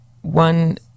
one